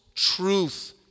Truth